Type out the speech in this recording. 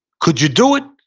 could you do it?